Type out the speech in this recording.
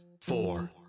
four